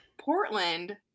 Portland